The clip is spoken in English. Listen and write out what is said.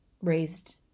Raised